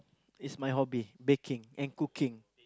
is my hobby baking and cooking